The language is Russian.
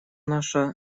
наша